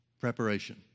preparation